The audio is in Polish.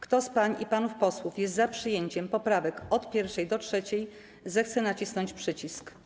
Kto z pań i panów posłów jest za przyjęciem poprawek od 1. do 3., zechce nacisnąć przycisk.